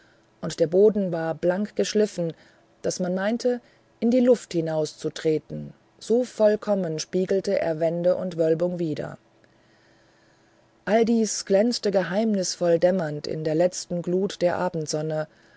und der boden war blank geschliffen daß man meinte in die luft hinauszutreten so vollkommen spiegelte er wände und wölbung wider all dies glänzte geheimnisvoll dämmernd in der letzten glut der abendsonne